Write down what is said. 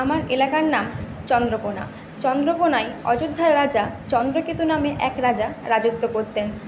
আমার এলাকার নাম চন্দ্রকোনা চন্দ্রকোনায় অযোধ্যার রাজা চন্দ্রকেতু নামে এক রাজা রাজত্ব করতেন